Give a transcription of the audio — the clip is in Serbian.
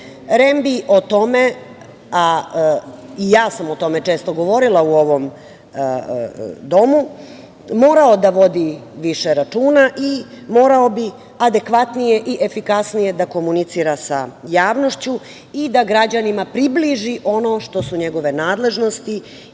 bi o tome, a i ja sam o tome često govorila u ovom domu, morao da vodi više računa i morao bi adekvatnije i efikasnije da komunicira sa javnošću i da građanima približi ono što su njegove nadležnosti